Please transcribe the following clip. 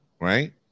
right